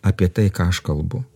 apie tai ką aš kalbu